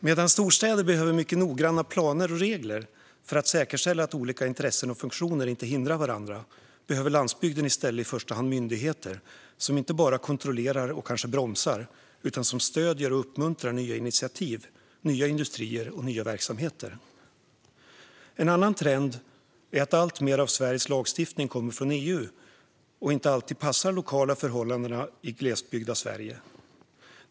Medan storstäder behöver mycket noggranna planer och regler för att säkerställa att olika intressen och funktioner inte hindrar varandra behöver landsbygden i stället i första hand myndigheter som inte bara kontrollerar och kanske bromsar utan som stöder och uppmuntrar nya initiativ, nya industrier och nya verksamheter. En annan trend är att alltmer av Sveriges lagstiftning kommer från EU och inte alltid passar lokala förhållanden i det glesbyggda Sverige.